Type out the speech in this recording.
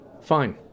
Fine